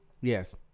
Yes